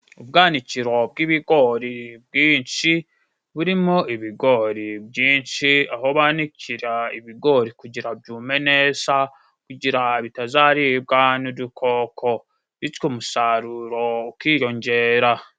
Ubwanikiro bw'ibigori bwinshi, burimo ibigori byinshi, aho banikira ibigori kugira ngo byume neza, bitazaribwa n'udukoko, bityo umusaruro ukiyongera.